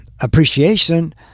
appreciation